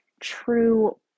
true